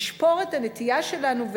לשבור את הנטייה שלנו,